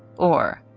or,